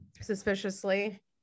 suspiciously